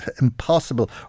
impossible